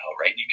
right